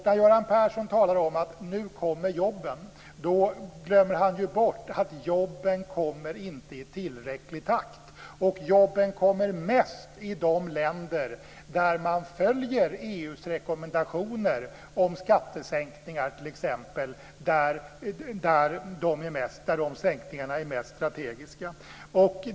När Göran Persson talar om att jobben nu kommer glömmer han bort att jobben inte kommer i tillräcklig takt och att jobben kommer mest i de länder där man följer EU:s rekommendationer om skattesänkningar t.ex. där de sänkningarna är mest strategiska.